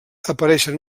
apareixen